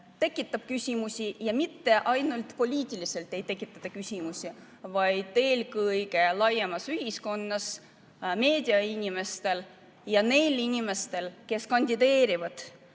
tekitab küsimusi ja mitte ainult poliitiliselt ei tekita küsimusi, vaid eelkõige laiemalt ühiskonnas, meediainimeste ja nende inimeste seas, kes kandideerivad,